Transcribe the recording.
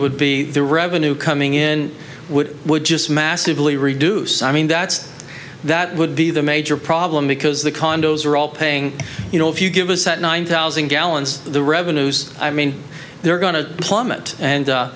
would be the revenue coming in would would just massively reduce i mean that's that would be the major problem because the condos are all paying you know if you give us that nine thousand gallons the revenues i mean they're going to plummet and